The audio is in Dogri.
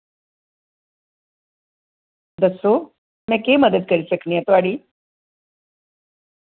दस्सो में केह् मदद करी सकनी ऐ थोआड़ी